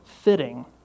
fitting